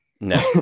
No